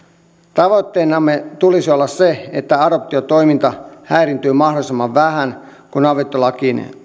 tavoitteenamme tulisi olla se että adoptiotoiminta häiriintyy mahdollisimman vähän kun avioliittolakiin